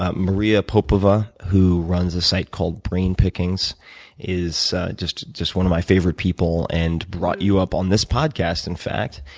ah maria popova, who runs a site called brainpickings and is just just one of my favorite people, and brought you up on this podcast, in fact,